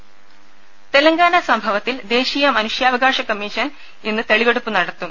ലലലലലല തെലങ്കാന സംഭവത്തിൽ ദേശീയ മനുഷ്യാവകാശ കമ്മീഷൻ ഇന്ന് തെളിവെടുപ്പ് നടത്തും